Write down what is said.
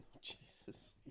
Jesus